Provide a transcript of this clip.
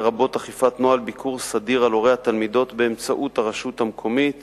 לרבות אכיפת נוהל ביקור סדיר על הורי התלמידות באמצעות הרשות המקומית